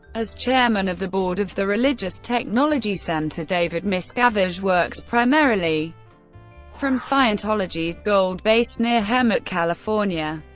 as chairman of the board of the religious technology center, david miscavige works primarily from scientology's gold base near hemet, california.